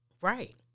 Right